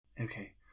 Okay